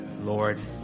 Lord